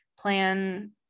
plan